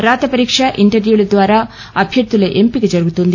రాత పరీక్ష ఇంటర్వ్వా ద్వారా అభ్యర్దు ఎంపిక జరుగుతుంది